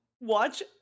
watch